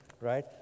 right